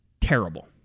terrible